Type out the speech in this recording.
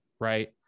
right